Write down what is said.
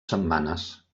setmanes